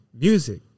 music